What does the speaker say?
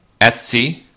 Etsy